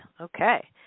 Okay